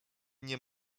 nie